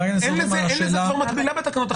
אין לזה כבר מקבילה בתקנות החדשות,